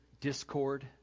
discord